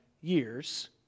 years